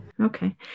Okay